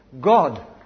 God